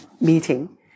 meeting